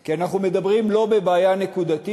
כי אנחנו מדברים לא על בעיה נקודתית,